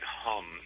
HUM